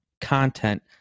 content